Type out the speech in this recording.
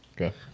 Okay